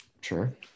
Sure